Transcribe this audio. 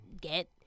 get